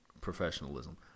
Professionalism